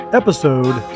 episode